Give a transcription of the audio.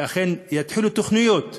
שאכן יתחילו בתוכניות,